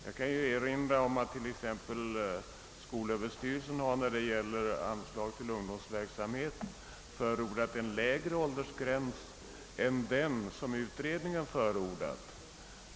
Jag kan erinra om att t.ex. skolöverstyrelsen när det gäller anslag till ungdomsverksamhet har förordat en lägre åldersgräns än den utredningen förordat.